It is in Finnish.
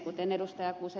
kuten ed